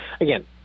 again